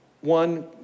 One